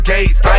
Gates